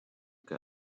get